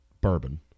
bourbon